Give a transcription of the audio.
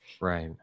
Right